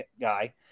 guy